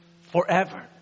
forever